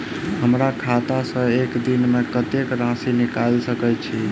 हमरा खाता सऽ एक दिन मे कतेक राशि निकाइल सकै छी